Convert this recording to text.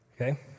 Okay